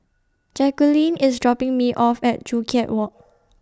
Jaqueline IS dropping Me off At Joo Chiat Walk